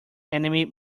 enemy